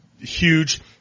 huge